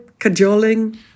Cajoling